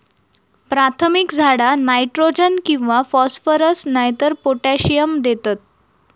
प्राथमिक झाडा नायट्रोजन किंवा फॉस्फरस नायतर पोटॅशियम देतत